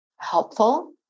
helpful